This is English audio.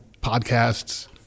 Podcasts